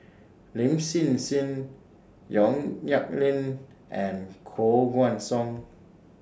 Lin Hsin Hsin Yong Nyuk Lin and Koh Guan Song